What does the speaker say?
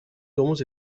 domuz